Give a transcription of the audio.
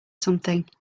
something